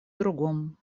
другом